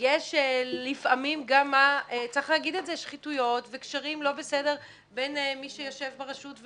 שיש לפעמים שחיתויות וקשרים לא בסדר בין מי שיושב ברשות,